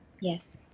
Yes